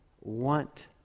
want